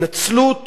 התנצלות